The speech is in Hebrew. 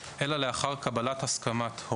והצגתו.